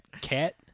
cat